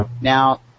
now